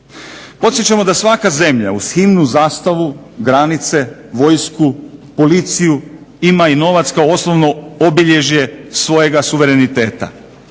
Podsjećamo da svaka zemlja uz himnu, zastavu, granice, vojsku, policiju ima i novac kao osnovno obilježje svojega suvereniteta.